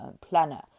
planner